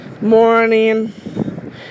morning